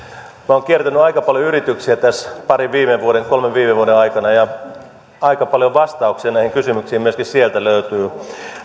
olen kiertänyt aika paljon yrityksiä tässä parin kolmen viime vuoden aikana ja aika paljon vastauksia näihin kysymyksiin myöskin sieltä löytyy